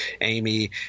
Amy